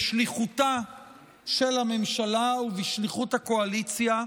בשליחותה של הממשלה ובשליחות הקואליציה,